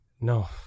No